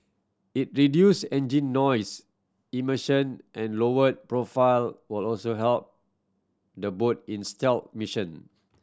it reduced engine noise emission and lowered profile will also help the boat in stealth mission